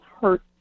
hurt